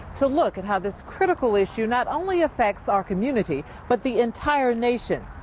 to look at how this critical issue not only affects our community, but the entire nation.